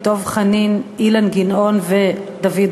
דב חנין,